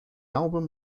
album